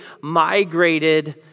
migrated